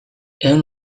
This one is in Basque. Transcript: ehun